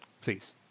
please